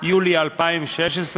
יולי 2016,